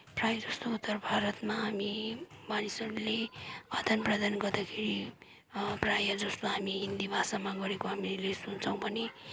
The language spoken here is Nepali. प्रायः जस्तो उत्तर भारतमा हामी मानिसहरूले आदान प्रदान गर्दाखेरि प्रायः जस्तो हामीले हिन्दी भाषामा गरेको हामीले सुन्छौँ पनि